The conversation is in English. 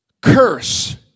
curse